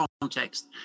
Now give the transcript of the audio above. context